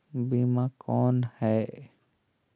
बीमा कौन है?